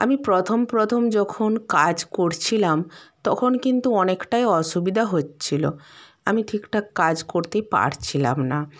আমি প্রথম প্রথম যখন কাজ করছিলাম তখন কিন্তু অনেকটাই আসুবিধা হচ্ছিলো আমি ঠিকঠাক কাজ করতে পারছিলাম না